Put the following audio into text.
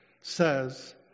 says